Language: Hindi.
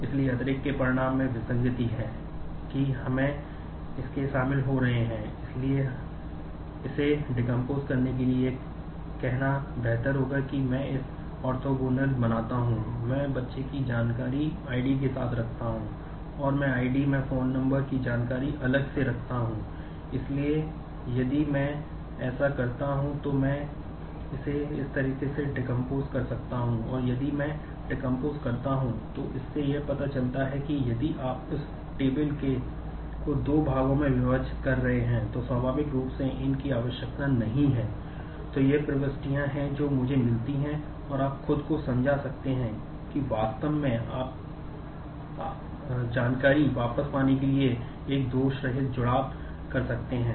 इसलिए अतिरेक के परिणाम में विसंगति कर सकते हैं